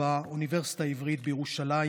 באוניברסיטה העברית בירושלים,